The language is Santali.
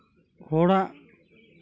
ᱦᱚᱲᱟᱜ